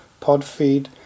Podfeed